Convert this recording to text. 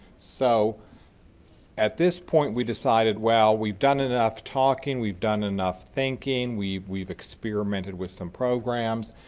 so at this point we decided, well we've done enough talking, we've done enough thinking, we've we've experimented with some programs,